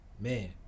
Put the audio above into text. man